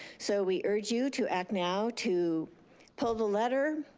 so we urge you to act now to pull the letter,